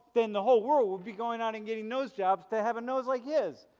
then the whole world would be going on and getting nose jobs to have a nose like his!